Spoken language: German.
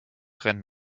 rennen